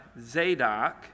Zadok